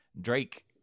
Drake